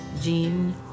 Jean